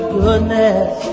goodness